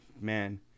Man